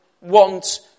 want